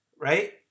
right